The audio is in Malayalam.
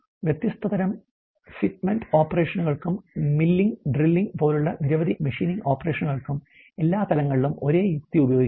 വ്യത്യസ്ത തരം ഫിറ്റ്മെന്റ് ഓപ്പറേഷനുകൾക്കും മില്ലിംഗ് ഡ്രില്ലിംഗ് പോലുള്ള നിരവധി MACHINING ഓപ്പറേഷനുകൾക്കും എല്ലാ തലങ്ങളിലും ഒരേ യുക്തി ഉപയോഗിക്കാം